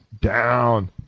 down